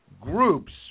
groups